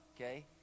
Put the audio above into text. okay